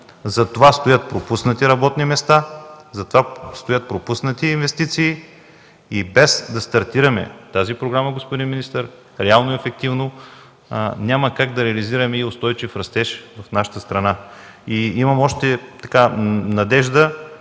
Зад това стоят пропуснати работни места, зад това стоят пропуснати инвестиции и без да стартираме тази програма, господин министър, реално и ефективно няма как да реализираме и устойчив растеж в нашата страна. Имам надежда